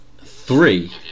three